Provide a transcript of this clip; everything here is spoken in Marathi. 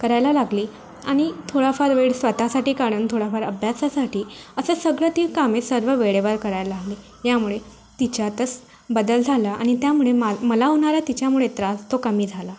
करायला लागली आणि थोडाफार वेळ स्वतःसाठी काढणं थोडाफार अभ्यासासाठी असं सगळं ती कामे सर्व वेळेवर करायला लागली यामुळे तिच्यातच बदल झाला आणि त्यामुळे माल मला होणारा तिच्यामुळे त्रास तो कमी झाला